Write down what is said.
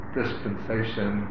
dispensation